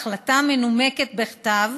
בהחלטה מנוקמת בכתב,